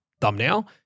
thumbnail